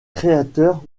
créateur